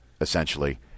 essentially